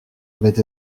avaient